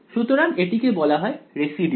সুতরাং এটিকে বলা হচ্ছে রেসিডিউ